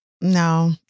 No